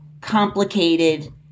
complicated